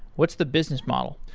what's the business model?